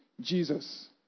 Jesus